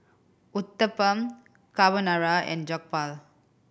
Uthapam Carbonara and Jokbal